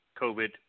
COVID